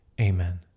Amen